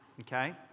Okay